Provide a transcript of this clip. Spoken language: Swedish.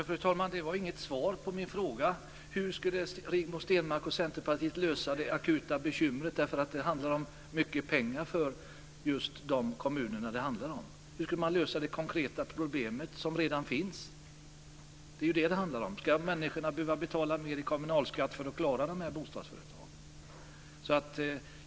Fru talman! Det var inget svar på min fråga. Hur skulle Rigmor Stenmark och Centerpartiet lösa det akuta bekymret? Det handlar om mycket pengar för dessa kommuner. Hur ska man lösa det konkreta problem som redan finns? Det är detta det handlar om. Ska människor behöva betala mer i kommunalskatt för att klara de här bostadsföretagen?